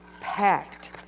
packed